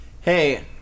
Hey